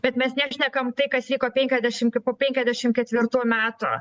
bet mes nešnekam tai kas vyko penkiasdešim penkiasdešim ketvirtų metų